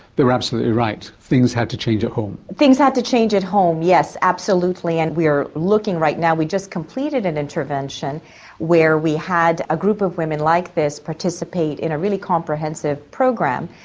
they are absolutely right, things had to change at home. things had to change at home, yes, absolutely. and we are looking right now, we just completed an intervention where we had a group of women like this participate in a really comprehensive program.